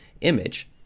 image